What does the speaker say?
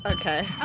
Okay